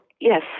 Yes